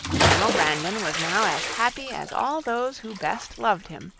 colonel brandon was now as happy, as all those who best loved him,